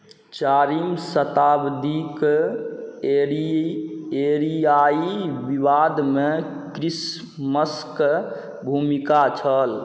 चारिम शताब्दीक एरियाई विवादमे क्रिसमसक भूमिका छल